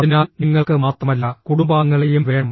അതിനാൽ നിങ്ങൾക്ക് മാത്രമല്ല കുടുംബാംഗങ്ങളെയും വേണം